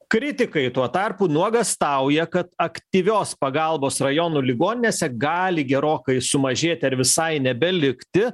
kritikai tuo tarpu nuogąstauja kad aktyvios pagalbos rajonų ligoninėse gali gerokai sumažėti ar visai nebelikti